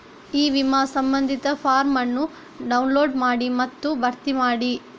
E ವಿಮಾ ಸಂಬಂಧಿತ form ಅನ್ನು ಡೌನ್ಲೋಡ್ ಮಾಡಿ ಮತ್ತು ಭರ್ತಿ ಮಾಡಿ